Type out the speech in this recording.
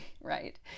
right